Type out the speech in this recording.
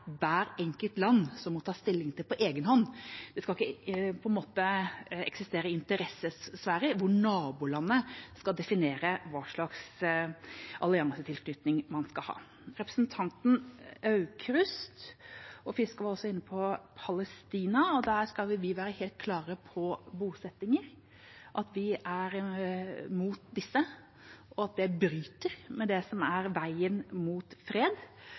enkelt land må ta stilling til på egenhånd. Det skal på en måte ikke eksistere interessesfærer hvor nabolandet skal definere hva slags alliansetilknytning man skal ha. Representantene Aukrust og Fiskaa var også inne på Palestina. Der skal vi være helt klare på bosettinger, at vi er mot disse, og at det bryter med det som er veien mot fred.